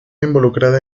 involucrada